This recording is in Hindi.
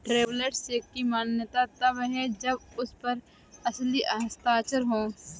ट्रैवलर्स चेक की मान्यता तब है जब उस पर असली हस्ताक्षर हो